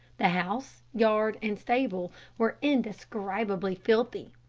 the house, yard and stable were indescribably filthy.